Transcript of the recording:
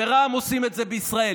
ורע"מ עושים את זה בישראל.